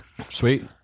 Sweet